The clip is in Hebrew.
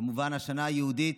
כמובן שהשנה היהודית,